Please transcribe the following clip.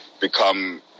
become